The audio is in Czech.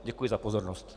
Děkuji za pozornost.